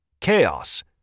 Chaos